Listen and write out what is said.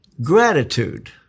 gratitude